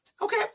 Okay